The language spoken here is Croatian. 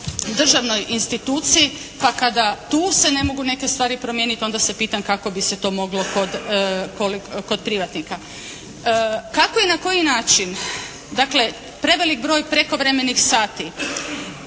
državnoj instituciji. Pa kada tu se ne mogu neke stvari promijenit, onda se pitam kako bi se to moglo kod privatnika. Kako i na koji način dakle, prevelik broj prekovremenih sati,